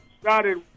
started